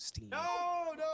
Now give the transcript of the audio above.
no